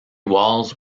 walls